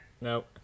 nope